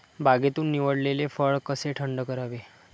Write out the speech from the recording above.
बागेतून निवडलेले फळ कसे थंड करावे?